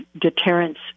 deterrence